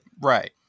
Right